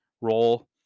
role